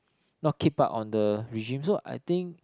not keep up on the regime so I think